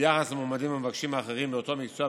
ביחס למועמדים המבקשים האחרים מאותו מקצוע,